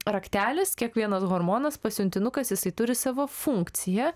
raktelis kiekvienas hormonas pasiuntinukas jisai turi savo funkciją